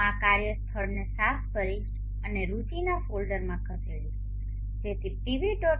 હું આ કાર્યસ્થળને સાફ કરીશ અને રુચિના ફોલ્ડરમાં ખસેડીશ જેથી pv